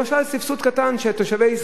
למשל סבסוד קטן שתושבי ישראל,